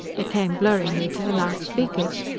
they came blurringly to the loud-speakers.